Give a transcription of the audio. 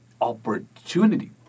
opportunity